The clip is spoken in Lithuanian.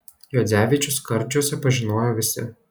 juodzevičių skardžiuose pažinojo visi